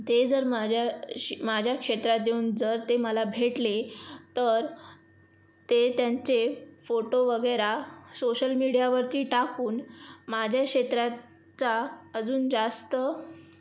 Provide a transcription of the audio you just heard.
ते जर माझ्याशी माझ्या क्षेत्रात येऊन जर ते मला भेटले तर ते त्यांचे फोटो वगैरे सोशल मीडियावरती टाकून माझ्या क्षेत्राचा अजून जास्त